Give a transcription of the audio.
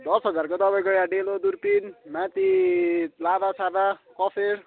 दस हजारको तपाईँको यहाँ डेलो दुर्पिन माथि लाभासाभा कफेर